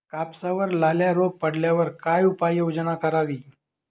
कापसावर लाल्या रोग पडल्यावर काय उपाययोजना करावी?